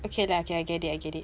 okay lah I get it I get it